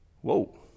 Whoa